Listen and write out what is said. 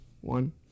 one